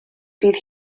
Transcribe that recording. fydd